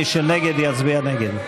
מי שנגד יצביע נגד.